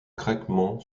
craquement